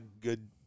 good